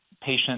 Patient